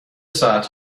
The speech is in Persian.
ساعت